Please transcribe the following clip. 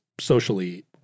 socially